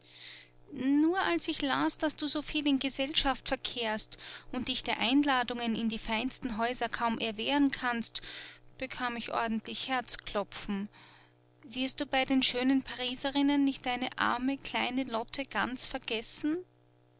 nur als ich las daß du so viel in gesellschaft verkehrst und dich der einladungen in die feinsten häuser kaum erwehren kannst bekam ich ordentlich herzklopfen wirst du bei den schönen pariserinnen nicht deine arme kleine lotte ganz vergessen